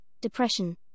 depression